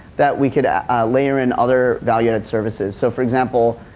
that we could layer in other value-add services. so, for example,